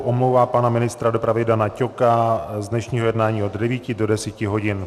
Omlouvám pana ministra dopravy Dana Ťoka z dnešního jednání od 9 do 10 hodin.